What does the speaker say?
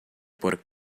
por